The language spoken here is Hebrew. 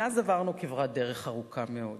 מאז עברנו כברת דרך ארוכה מאוד.